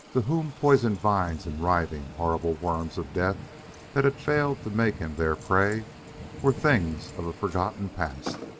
to whom poison vines and writhing, horrible worms of death that had failed to make him their prey were things of a forgotten past,